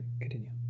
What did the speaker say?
Continue